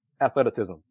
athleticism